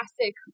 classic